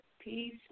Peace